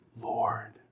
Lord